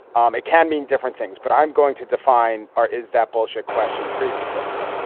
um it can mean different things. but i'm going to define are is that balshaw question pretty specifically.